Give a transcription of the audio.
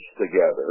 together